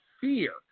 Fear